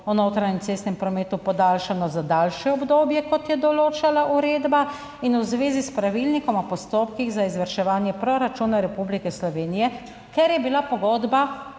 v notranjem cestnem prometu podaljšano za daljše obdobje, kot je določala uredba in v zvezi s pravilnikom o postopkih za izvrševanje proračuna Republike Slovenije, ker je bila pogodba